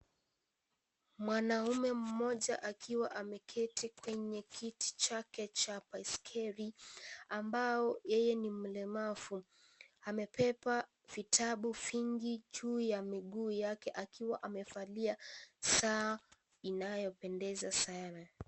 Mwanaume mmoja akiwa ameketi kwenye kiti chake cha baiskeli ambao yeye ni mlemavu. Amebeba vitabu vingi juu ya miguu yake akiwa amevalia saa inayopendeza sana.